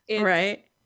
Right